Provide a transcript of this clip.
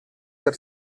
ser